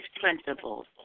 principles